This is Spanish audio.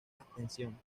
extensión